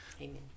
Amen